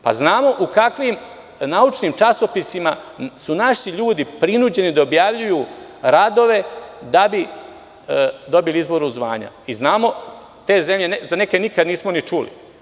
Pa, znamo u kakvim naučnim časopisima su naši ljudi prinuđeni da objavljuju radove da bi dobili izboru zvanja, za neke zemlje nikad nismo ni čuli.